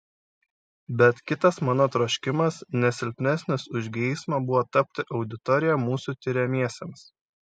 bet kitas mano troškimas ne silpnesnis už geismą buvo tapti auditorija mūsų tiriamiesiems